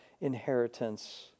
inheritance